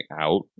out